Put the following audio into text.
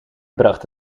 bracht